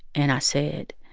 and i said,